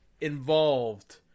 involved